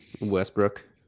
Westbrook